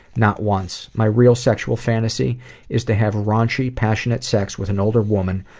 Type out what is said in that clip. not once. my real sexual fantasy is to have raunchy, passionate sex with an older woman,